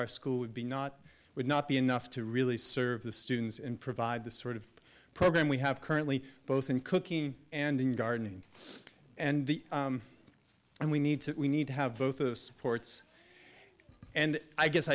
our school be not would not be enough to really serve the students and provide the sort of program we have currently both in cooking and in gardening and the and we need to we need to have both of supports and i guess